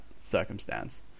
circumstance